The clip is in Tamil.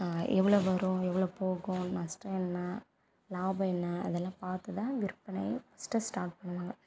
எவ்வளோ வரும் எவ்வளோ போகும் நஷ்டம் என்ன லாபம் என்ன அதெல்லாம் பார்த்துதான் விற்பனையே ஃபஸ்ட்டு ஸ்டார்ட் பண்ணுவாங்க